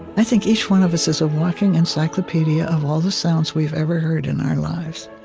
i think each one of us is a walking encyclopedia of all the sounds we've ever heard in our lives.